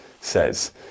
says